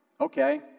Okay